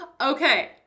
Okay